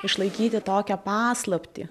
išlaikyti tokią paslaptį